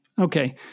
Okay